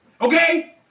Okay